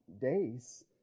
days